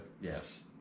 Yes